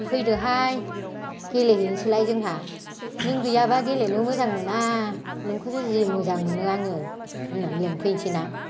फैदोहाय गेलेहैनोसैलाय जोंहा नों गैयाबा गेलेनो मोजां मोना नोंखौसो जि मोजां मोनो आङो होननानै लिंफैनोसै ना